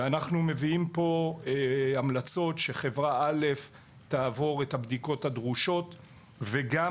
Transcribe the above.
אנחנו מביאים פה המלצות שחברה א' תעבור את הבדיקות הדרושות וגם